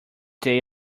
day